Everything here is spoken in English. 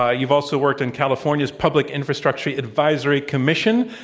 ah you've also worked in california's public infrastructure advisory commission.